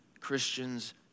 Christians